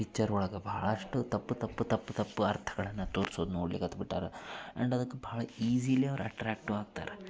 picture ಒಳಗೆ ಭಾಳಷ್ಟು ತಪ್ಪು ತಪ್ಪು ತಪ್ಪು ತಪ್ಪು ಅರ್ಥಗಳನ್ನು ತೋರ್ಸೋದು ನೋಡ್ಲಿಕ್ಕೆ ಹತ್ತಿಬಿಟ್ಟಾರ ಆ್ಯಂಡ್ ಅದಕ್ಕೆ ಭಾಳ ಈಝೀಲೆ ಅವ್ರು ಅಟ್ರಾಕ್ಟೂ ಆಗ್ತಾರೆ